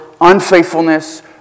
unfaithfulness